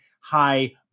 high